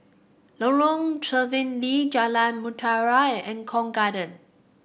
Lorong Stephen Lee Jalan Mutiara and Eng Kong Garden